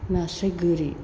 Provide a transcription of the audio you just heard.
नास्राय गोरि